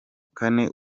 kane